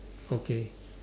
okay